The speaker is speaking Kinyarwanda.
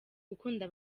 gukunda